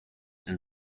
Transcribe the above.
and